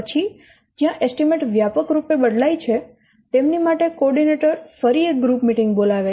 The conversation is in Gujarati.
પછી જ્યાં એસ્ટીમેટ વ્યાપક રૂપે બદલાય છે તેમની માટે કો ઓર્ડિનેટર ફરી એક ગ્રુપ મીટિંગ બોલાવે છે